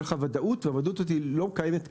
לך וודאות הוודאות הזאת לא קיימת כיום.